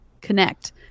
connect